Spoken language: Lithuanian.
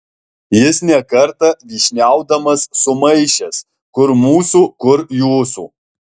jis ne kartą vyšniaudamas sumaišęs kur mūsų kur jūsų